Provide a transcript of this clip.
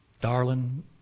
Darling